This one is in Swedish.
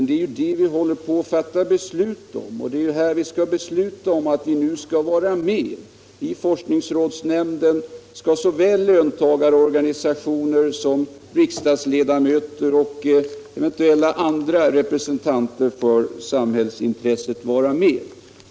Det är ju detta vi skall fatta beslut om -— vi skall besluta att vi nu skall vara med. I forskningsrådsnämnden skall såväl löntagarorganisationer som riksdagsledamöter och eventuellt andra representanter för samhällsintresset vara med.